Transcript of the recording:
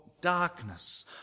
darkness